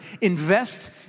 Invest